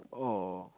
oh